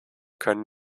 können